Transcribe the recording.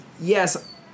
yes